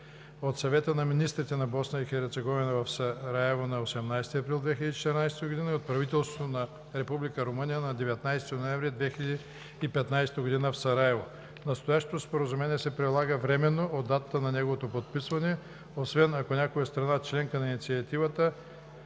от Съвета на министрите на Босна и Херцеговина в Сараево на 18 април 2014 г. и от правителството на Румъния на 19 ноември 2015 г. в Сараево. Настоящото споразумение се прилага временно от датата на неговото подписване, освен ако някоя страна – членка на Инициативата,